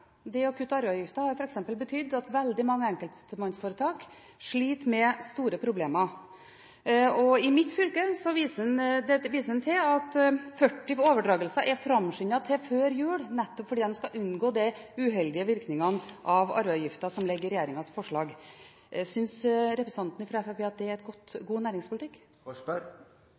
Det å kutte i arveavgifta har f.eks. betydd at veldig mange enkeltmannsforetak sliter med store problemer. I mitt fylke viser en til at 40 overdragelser er framskyndet til før jul, nettopp fordi en skal unngå de uheldige virkningene av arveavgifta som ligger i regjeringens forslag. Synes representanten fra Fremskrittspartiet at det er god næringspolitikk?